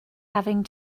having